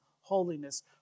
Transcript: holiness